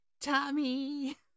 Tommy